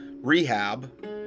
Rehab